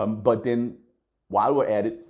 um but then while we're at it,